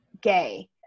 gay